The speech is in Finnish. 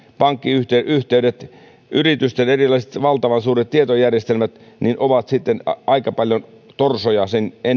pankkiyhteydet ja yritysten erilaiset valtavan suuret tietojärjestelmät ovat aika paljon torsoja